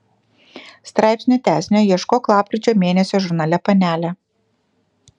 straipsnio tęsinio ieškok lapkričio mėnesio žurnale panelė